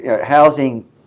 housing